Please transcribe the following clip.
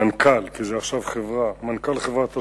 צה"ל הורה ללוחמים דתיים להסיר ממחסום ביהודה